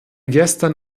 gestern